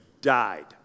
died